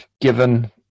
given